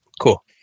Cool